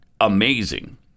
amazing